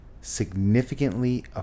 significantly